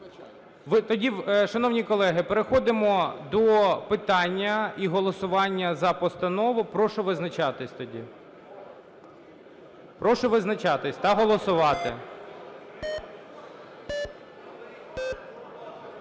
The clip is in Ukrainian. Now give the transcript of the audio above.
Тоді, шановні колеги, переходимо до питання і голосування за постанову. Прошу визначатись тоді. Прошу визначатись та голосувати.